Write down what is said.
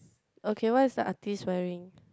okay what is the artist wearing